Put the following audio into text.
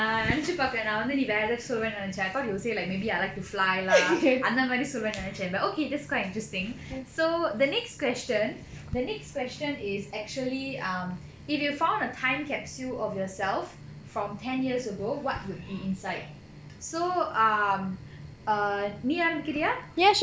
நா நெனைச்சு பாக்றேன் நா வந்து நீ வேற சொல்லுவேன்னு நெனச்சேன்:naa nenaichu paakren naa vandhu nee vera solluvennu nenaichen I thought you say like maybe I like to fly lah அந்தமாரி சொல்லுவேன்னு நெனச்சேன்:andhamaari solluvennu nenaichen okay that's quite interesting so the next question the next question is actually um if you found a time capsule of yourself from ten years ago what would be inside so um err நீ ஆரம்பிக்கிரிய:nee aarambikkiriya